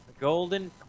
Golden